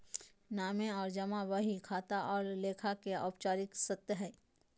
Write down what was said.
नामे और जमा बही खाता और लेखा के औपचारिक शर्त हइ